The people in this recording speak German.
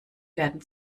werden